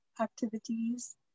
activities